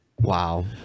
Wow